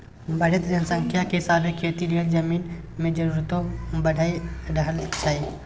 बढ़इत जनसंख्या के हिसाबे खेती लेल जमीन के जरूरतो बइढ़ रहल छइ